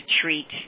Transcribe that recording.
treat